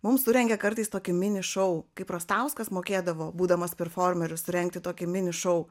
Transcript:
mum surengia kartais tokį mini šou kaip rastauskas mokėdavo būdamas performeris surengti tokį mini šou